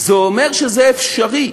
זה אומר שזה אפשרי.